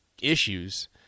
issues